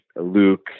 Luke